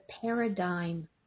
paradigm